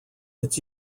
its